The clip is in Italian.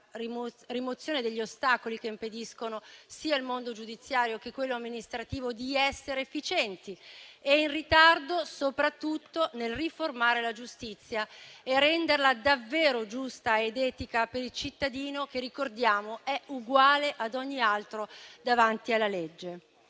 rimozione degli ostacoli che impediscono sia al mondo giudiziario che a quello amministrativo di essere efficienti e in ritardo, soprattutto, nel riformare la giustizia e renderla davvero giusta ed etica per il cittadino che - ricordiamo - è uguale ad ogni altro davanti alla legge.